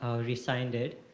resigned it,